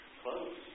close